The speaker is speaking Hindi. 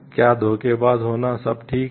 क्या धोखेबाज होना सब ठीक है